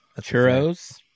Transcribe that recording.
Churros